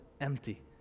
empty